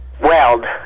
Weld